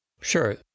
Sure